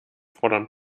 fordern